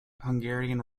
hungarian